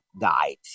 guides